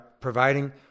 providing